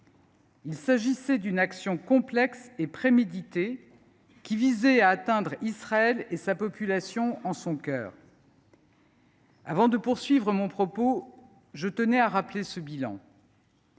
Il s’agissait d’une action complexe et préméditée, qui visait à atteindre Israël et sa population en son cœur. Avant de poursuivre mon propos, je tenais à rappeler ce bilan.